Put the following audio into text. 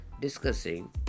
discussing